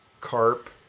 carp